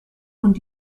und